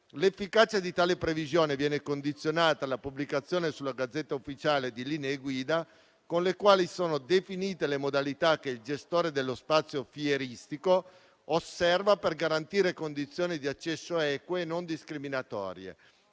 L'efficacia di tale previsione viene condizionata alla pubblicazione sulla «*Gazzetta Ufficiale*» di linee guida, con le quali sono definite le modalità che il gestore dello spazio fieristico osserva per garantire condizioni di accesso eque e non discriminatorie